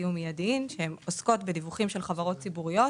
תקופתיים ומידיים) שעוסקות בדיווחים של חברות ציבוריות